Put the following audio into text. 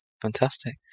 Fantastic